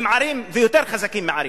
הם ערים ויותר חזקים מערים.